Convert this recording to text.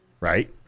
right